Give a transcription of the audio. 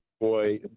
boy